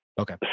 Okay